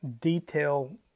detail